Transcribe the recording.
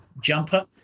jumper